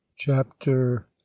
chapter